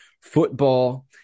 football